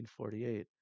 1948